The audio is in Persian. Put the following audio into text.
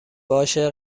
باشه